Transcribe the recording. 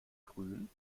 grün